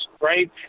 right